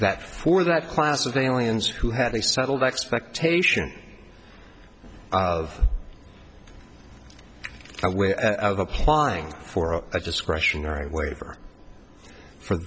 that for that class of aliens who have a settled expectation of a way of applying for a discretionary waiver for